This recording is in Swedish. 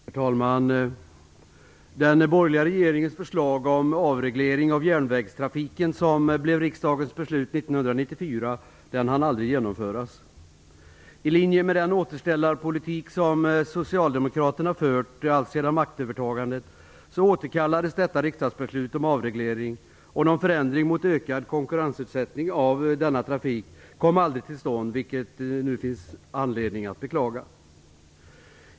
Herr talman! Den borgerliga regeringens förslag om en avreglering av järnvägstrafiken, som blev riksdagens beslut 1994, hann aldrig genomföras. I linje med den återställarpolitik som Socialdemokraterna fört alltsedan maktövertagandet återkallades detta riksdagsbeslut om en avreglering. Någon förändring i riktning mot ökad konkurrensutsättning av denna trafik kom aldrig till stånd, vilket det nu finns anledning att beklaga.